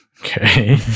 Okay